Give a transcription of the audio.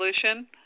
solution